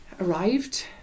arrived